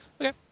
Okay